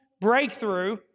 breakthrough